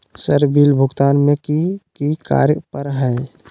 Sir bill भुगतान में की की कार्य पर हहै?